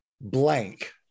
blank